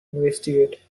investigate